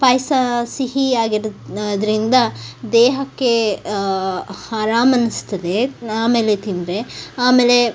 ಪಾಯಸ ಸಿಹಿಯಾಗಿ ಇರೋದ್ರಿಂದ ದೇಹಕ್ಕೆ ಆರಾಮ ಅನ್ನಿಸ್ತದೆ ಆಮೇಲೆ ತಿಂದರೆ ಆಮೇಲೆ